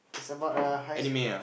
is about a high school